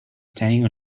standing